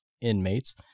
inmates